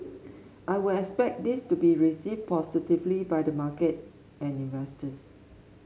I will expect this to be received positively by the market and investors